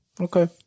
Okay